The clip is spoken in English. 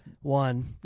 One